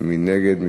מי נגד?